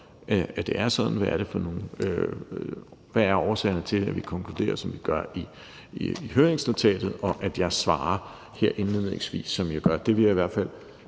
hvad årsagerne er til, at vi konkluderer, som vi gør, i høringsnotatet, og at jeg svarer her indledningsvis, som jeg gør.